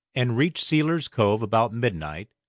and reached sealer's cove about midnight,